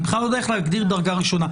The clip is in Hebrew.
אני בכלל לא יודע איך להגדיר דרגה ראשונה.